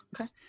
Okay